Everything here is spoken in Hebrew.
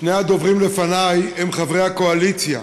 שני הדוברים לפני הם חברי הקואליציה.